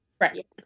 Right